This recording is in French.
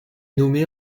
nommée